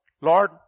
Lord